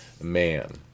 man